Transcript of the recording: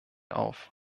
auf